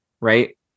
right